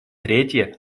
третье